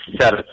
set